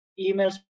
emails